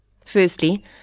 firstly